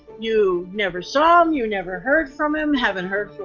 you never saw him. you never heard from him. haven't heard.